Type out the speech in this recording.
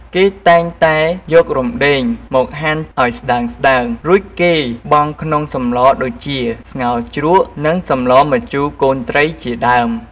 គេតែងតែយករំដេងមកហាន់ឱ្យស្តើងៗ រួចគេបង់ក្នុងសម្លដូចជា ស្ងោរជ្រក់និងសម្លម្ជូរកូនត្រីជាដើម។